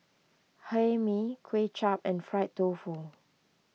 Hae Mee Kuay Chap and Fried Tofu